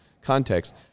context